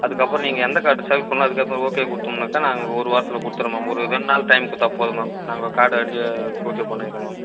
அதுக்கப்புறம் நீங்கள் எந்த கார்ட் செலக்ட் பண்ணிணா அதுக்கேற்ற மாதிரி ஓகே கொடுத்தோம்னாக்கா நாங்கள் ஒரு வாரத்தில் கொடுத்துட்றோம் மேம் ஒரு ரெண்டு நாள் டைம் கொடுத்தா போதும் மேம் நாங்கள் கார்டை ரி ஓகே பண்ணிடறோம் மேம்